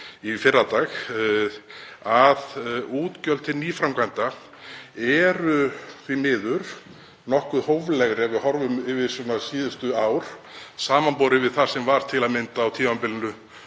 í fyrradag að útgjöld til nýframkvæmda eru því miður nokkuð hófleg ef við horfum yfir síðustu ár, samanborið við það sem var til að mynda á tímabilinu